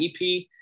EP